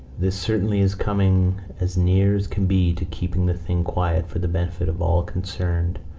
this certainly is coming as near as can be to keeping the thing quiet for the benefit of all concerned.